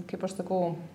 kaip aš sakau